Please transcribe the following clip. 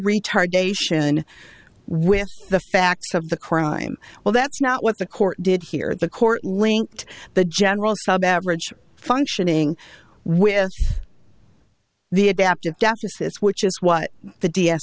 retardation with the facts of the crime well that's not what the court did here the court linked the general sub average functioning with the adaptive deficits which is what the d s